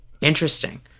interesting